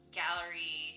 gallery